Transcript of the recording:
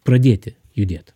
pradėti judėt